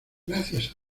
gracias